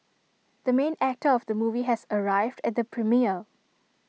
the main actor of the movie has arrived at the premiere